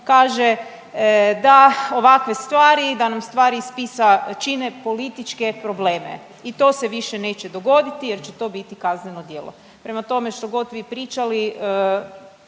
Kaže da ovakve stvari i da nam stvari iz spisa čine političke probleme i to se više neće dogoditi jer će to biti kazneno djelo. Prema tome, što god vi pričali